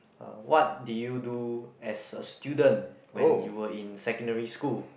uh what did you do as a student when you're in secondary school